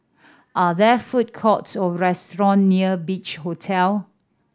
are there food courts or restaurants near Beach Hotel